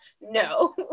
No